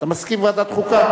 אתה מסכים לוועדת חוקה?